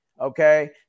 okay